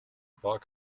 war